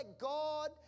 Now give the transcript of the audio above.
God